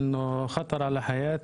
לא אכלתי כמה ימים,